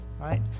right